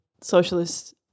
socialist